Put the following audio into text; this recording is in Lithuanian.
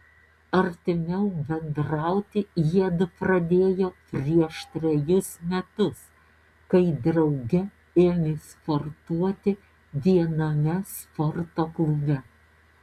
artimiau bendrauti jiedu pradėjo prieš trejus metus kai drauge ėmė sportuoti viename sporto klube